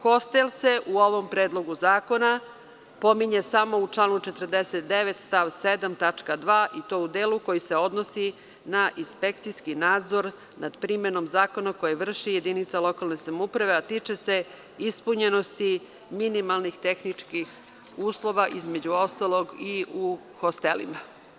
Hostel se u ovom Predlogu zakona pominje samo u članu 49. stav 7. tačka 2. i to u delu koji se odnosi na inspekcijski nadzor nad primenom zakona koji vrši jedinica lokalne samouprave a tiče se ispunjenosti minimalnih tehničkih uslova, između ostalog i u hostelima.